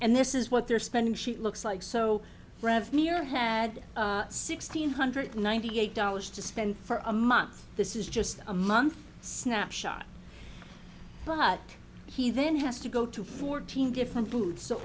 and this is what they're spending she looks like so near had sixteen hundred ninety eight dollars to spend for a month this is just a month snapshot but he then has to go to fourteen different food so